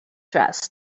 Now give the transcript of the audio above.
dressed